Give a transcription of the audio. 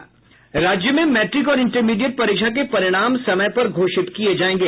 राज्य में मैट्रिक और इंटरमीडिएट परीक्षा के परिणाम समय पर घोषित किये जायेंगें